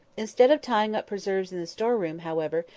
instead of tying up preserves in the store-room, however,